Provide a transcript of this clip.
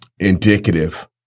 Indicative